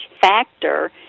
factor